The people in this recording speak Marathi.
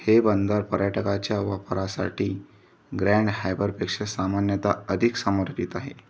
हे बंदर पर्यटकाच्या वापरासाठी ग्रँड हायबरपेक्षा सामान्यतः अधिक समर्पित आहे